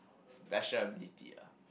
special ability ah